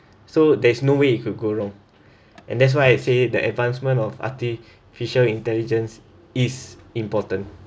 so there's no way you could go wrong and that's why I say the advancement of artificial intelligence is important